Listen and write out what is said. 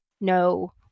no